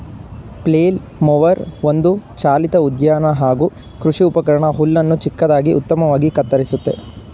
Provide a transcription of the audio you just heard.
flail mower ಒಂದು ಚಾಲಿತ ಉದ್ಯಾನ ಹಾಗೂ ಕೃಷಿ ಉಪಕರಣ ಹುಲ್ಲನ್ನು ಚಿಕ್ಕದಾಗಿ ಉತ್ತಮವಾಗಿ ಕತ್ತರಿಸುತ್ತೆ